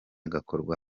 gakorwa